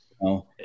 No